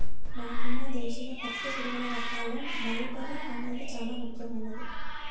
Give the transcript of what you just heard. మనకున్న దేశీయ పట్టుపురుగుల రకాల్లో మల్బరీ అనేది చానా ముఖ్యమైనది